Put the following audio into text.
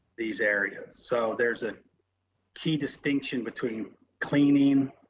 these areas. so there's a key distinction between cleaning,